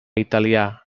italià